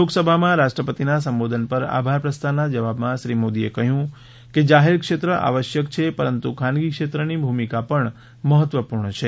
લોકસભામાં રાષ્ટ્રપતિના સંબોધન પર આભાર પ્રસ્તાવના જવાબમાં શ્રી મોદીએ કહ્યું કે જાહેર ક્ષેત્ર આવશ્યક છે પરંતુ ખાનગી ક્ષેત્રની ભૂમિકા પણ મહત્વપૂર્ણ છે